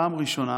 בפעם הראשונה,